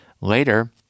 later